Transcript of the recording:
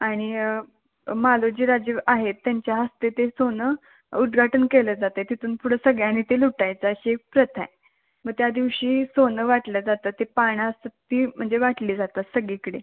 आणि मालोजी राजे आहेत त्यांच्या हस्ते ते सोनं उद्गाटन केलं जातय तिथून पुढे सगळ्यांनी ते लुटायचं अशी एक प्रथा आहे मग त्या दिवशी सोनं वाटलं जातं ते पानं असतात ती म्हणजे वाटली जातात सगळीकडे